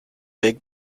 big